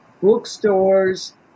bookstores